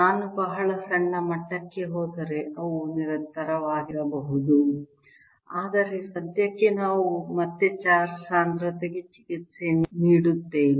ನಾನು ಬಹಳ ಸಣ್ಣ ಮಟ್ಟಕ್ಕೆ ಹೋದರೆ ಅವು ನಿರಂತರವಾಗಿರದೆ ಇರಬಹುದು ಆದರೆ ಸದ್ಯಕ್ಕೆ ನಾವು ಮತ್ತೆ ಚಾರ್ಜ್ ಸಾಂದ್ರತೆಗೆ ಚಿಕಿತ್ಸೆ ನೀಡುತ್ತೇವೆ